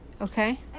Okay